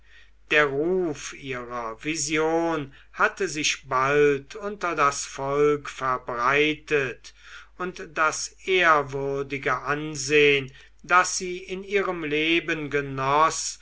der ruf ihrer vision hatte sich bald unter das volk verbreitet und das ehrwürdige ansehn das sie in ihrem leben genoß